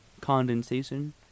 Condensation